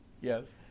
Yes